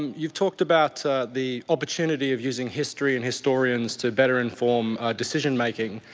you talked about the opportunity of using history and historians to better inform decision making.